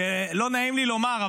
שלא נעים לי לומר,